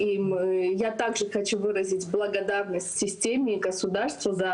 גם שואלת על הסיוע בשכר דירה.